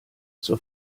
zur